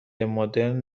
مدرن